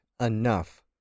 enough